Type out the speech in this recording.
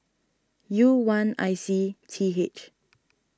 U one I C T H